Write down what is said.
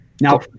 Now